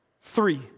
Three